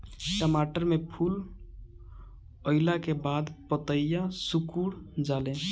टमाटर में फूल अईला के बाद पतईया सुकुर जाले?